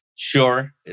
Sure